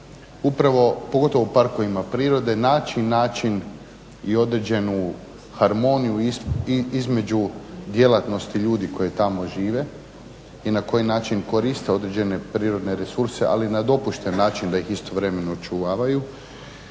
pogotovo u parkovima prirode naći način i određenu harmoniju između djelatnosti ljudi koji tamo žive i na koji način koriste određene prirodne resurse, ali na dopušten način da ih istovremeno očuvavaju